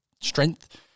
strength